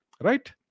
Right